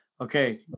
Okay